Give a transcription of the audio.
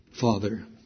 Father